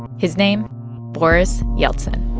his name boris yeltsin